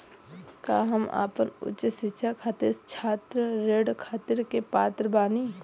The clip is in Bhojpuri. का हम अपन उच्च शिक्षा खातिर छात्र ऋण खातिर के पात्र बानी?